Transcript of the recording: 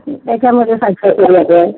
त्याच्यामध्ये साहित्य